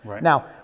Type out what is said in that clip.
Now